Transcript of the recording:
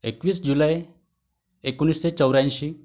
एकवीस जुलै एकोणीसशे चौऱ्याऐंशी